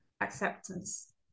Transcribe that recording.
acceptance